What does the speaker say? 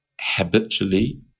Habitually